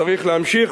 צריך להמשיך,